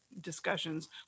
discussions